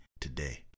today